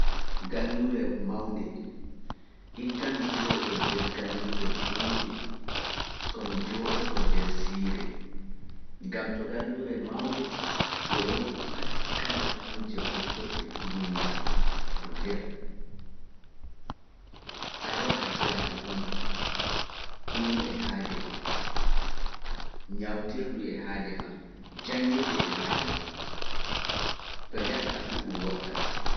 Galluure mawnde. igga mi jooɗoo nder galluure mawnde, ko mi jooɗotoo nder siire, ngam to galluure mawnde e woodi pat kala kuuje botorɗe duuniyaaru maa. ñawtirdu e haade maa, janngirde e haade maa, to njattaa fu ɗum woɗɗa.